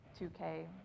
2K